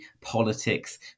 politics